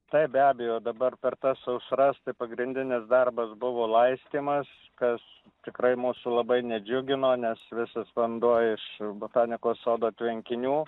taip be abejo dabar per tas sausras tai pagrindinis darbas buvo laistymas kas tikrai mūsų labai nedžiugino nes visas vanduo iš botanikos sodo tvenkinių